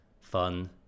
fun